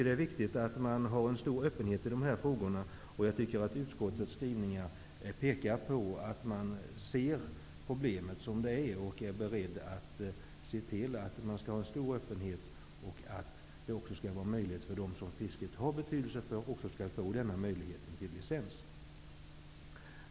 Det är viktigt att ha en stor öppenhet i dessa frågor. Jag tycker att utskottets skrivningar pekar på att man ser problemet så som det är och att man är beredd att se till att öppenheten blir stor och att det, för dem som fisket har betydelse, också skall vara möjligt att få denna möjlighet till licens.